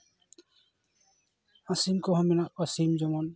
ᱟᱨ ᱥᱤᱢ ᱠᱚᱦᱚᱸ ᱢᱮᱱᱟᱜ ᱠᱚᱣᱟ ᱥᱤᱢ ᱡᱮᱢᱚᱱ